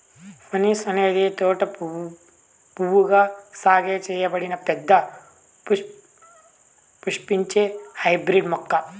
pansy అనేది తోట పువ్వుగా సాగు చేయబడిన పెద్ద పుష్పించే హైబ్రిడ్ మొక్క